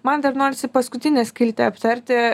man dar norisi paskutinę skiltį aptarti